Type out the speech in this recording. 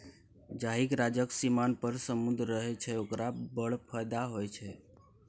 जाहिक राज्यक सीमान पर समुद्र रहय छै ओकरा बड़ फायदा होए छै